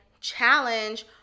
challenge